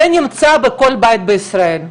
זה נמצא בכל בית בישראל,